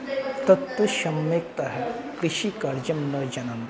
तत्तु सम्यक्तया कृषिकार्यं न जनन्ति